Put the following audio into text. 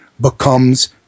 becomes